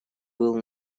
был